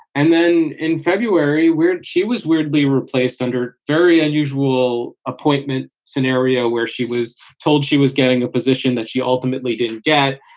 and then in february, where she was weirdly replaced under very unusual appointment scenario, where she was told she was getting a position that she ultimately didn't get.